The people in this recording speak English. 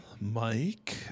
Mike